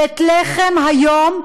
בית לחם היום,